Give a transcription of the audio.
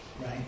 right